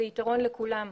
זה יתרון לכולם,